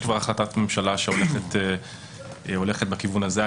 יש כבר החלטת ממשלה, שהולכת בכיוון הזה.